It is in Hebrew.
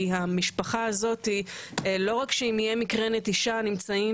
כי המשפחה הזאת לא רק שאם יהיה מקרה נטישה נמצאים